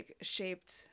shaped